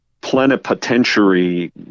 plenipotentiary